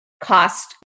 cost